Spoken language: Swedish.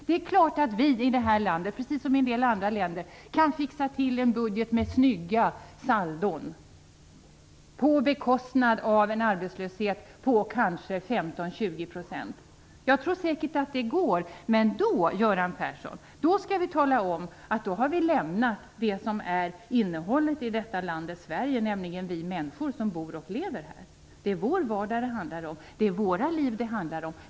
Det är klart att vi här i landet, precis som i en del andra länder, kan fixa till en budget med snygga saldon på bekostnad av en arbetslöshet på kanske 15 20 %. Jag tror säkert att det går. Men då, Göran Persson, skall vi tala om att vi har lämnat det som är innehållet i landet Sverige, nämligen vi människor som bor och lever här. Det är vår vardag det handlar om. Det är våra liv det handlar om.